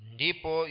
Ndipo